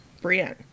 Brienne